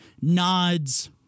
nods